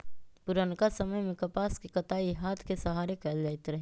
पुरनका समय में कपास के कताई हात के सहारे कएल जाइत रहै